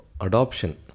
adoption